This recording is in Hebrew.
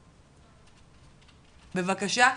בבקשה,